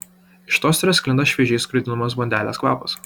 iš tosterio sklinda šviežiai skrudinamos bandelės kvapas